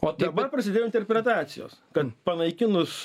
o dabar prasidėjo interpretacijos kad panaikinus